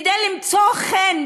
כפי שאנחנו אמורים כדי למצוא חן.